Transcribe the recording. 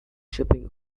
shopping